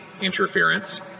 interference